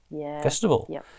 Festival